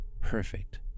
perfect